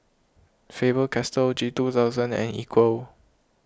Faber Castell G two thousand and Equal